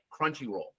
Crunchyroll